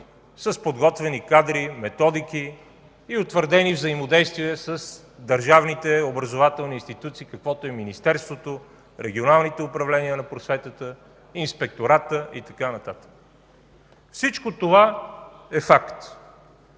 с подготвени кадри, методики и утвърдени взаимодействия с държавните образователни институции, каквито са Министерството, регионалните управления на просветата, Инспекторатът и така нататък. Всичко това е факт